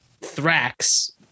Thrax